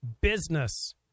business